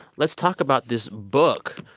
let's talk about this book.